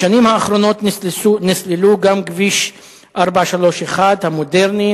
בשנים האחרונות נסלל גם כביש 431 המודרני,